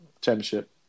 championship